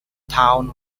town